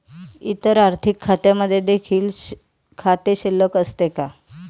इतर आर्थिक खात्यांमध्ये देखील खाते शिल्लक असते का?